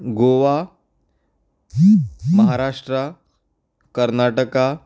Goa Maharashtra Karnataka